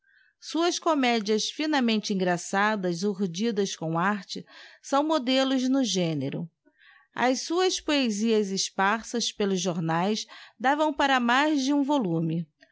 suas comedias finamente engraçadas urdidas com arte sâo modelos no género as suas poesias esparsas pelos jomaes davam para mais de um volume